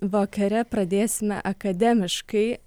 vakare pradėsime akademiškai